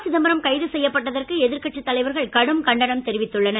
சிதம்பரம் கைது செய்யப்பட்டதற்கு எதிர்கட்சி தலைவர்கள் கடும் கண்டனம் தெரிவித்துள்ளனர்